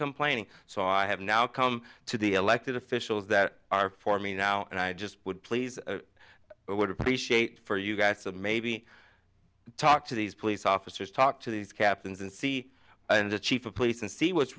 complaining so i have now come to the elected officials that are for me now and i just would please i would appreciate for you guys to maybe talk to these police officers talk to these captains and see the chief of police and see what's